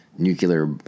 nuclear